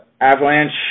Avalanche